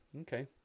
Okay